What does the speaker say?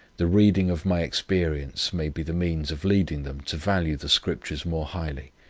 the reading of my experience may be the means of leading them to value the scriptures more highly,